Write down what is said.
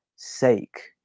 Sake